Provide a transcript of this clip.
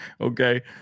Okay